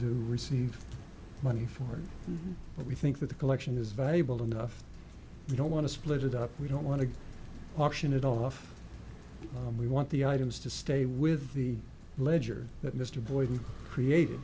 to receive money from her but we think that the collection is valuable enough we don't want to split it up we don't want to auction it off and we want the items to stay with the ledger that mr boyd created